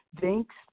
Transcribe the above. Thanks